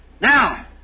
Now